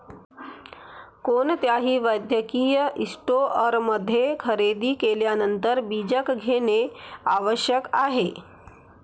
कोणत्याही वैद्यकीय स्टोअरमध्ये खरेदी केल्यानंतर बीजक घेणे आवश्यक आहे